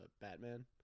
Batman